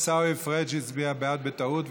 חבר הכנסת עיסאווי פריג' הצביע בעד בטעות,